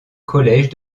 collège